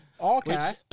okay